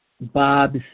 Bob's